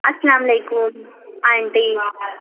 السلام علیکم آنٹی